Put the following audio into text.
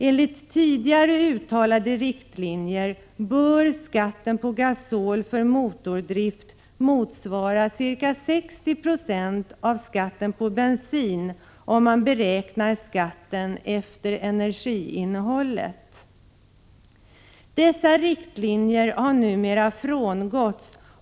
Enligt tidigare uttalade riktlinjer bör skatten på gasol för motordrift motsvara ca 60 90 av skatten på bensin, om man beräknar skatten efter energiinnehållet. Dessa riktlinjer har numera frångåtts.